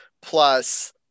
Plus